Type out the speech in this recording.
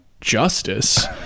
justice